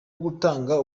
gutanga